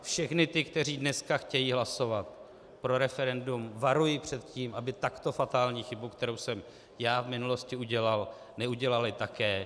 Všechny ty, kteří dneska chtějí hlasovat pro referendum, varuji před tím, aby takto fatální chybu, kterou jsem já v minulosti udělal, neudělali také.